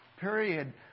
period